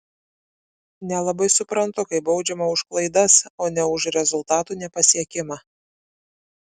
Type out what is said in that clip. nelabai suprantu kai baudžiama už klaidas o ne už rezultatų nepasiekimą